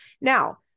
now